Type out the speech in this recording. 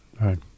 Right